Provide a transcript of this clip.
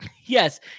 yes